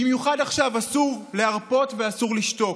שבמיוחד עכשיו אסור להרפות ואסור לשתוק.